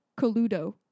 Coludo